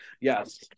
Yes